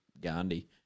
Gandhi